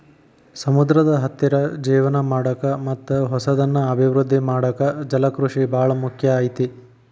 ಸಮುದ್ರದ ಹತ್ತಿರ ಜೇವನ ಮಾಡಾಕ ಮತ್ತ್ ಹೊಸದನ್ನ ಅಭಿವೃದ್ದಿ ಮಾಡಾಕ ಜಲಕೃಷಿ ಬಾಳ ಮುಖ್ಯ ಐತಿ